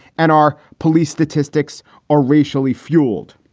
and our police statistics are racially fueled,